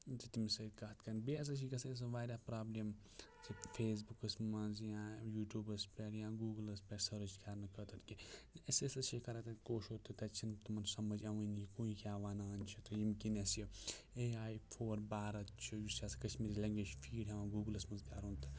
تٔمِس سۭتۍ کَتھ کَرٕنۍ بیٚیہِ ہَسا چھِ گَژھان واریاہ پرابلِم فیس بُکَس منٛز یا یوٗٹیوٗبس پیٹھ یا گوٗگلَس پیٹھ سٔرٕچ کَرنہٕ خٲطرٕ کہِ أسۍ ہَسا چھِ کَران تَتہِ کوشُر تہٕ تَتہِ چھُنہٕ تِمَن سَمٕجھ یوٲنی ہوٗ یہِ کیاہ وَنان چھُ تہٕ ییٚمہِ کِنۍ اسہِ یہِ اے آی فار بھارت چھُ یُس ہَسا کَشمیٖری لینگویج فیٖڈ ہیٚوان گوٗگلَس منٛز کَرُن